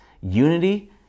unity